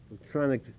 electronic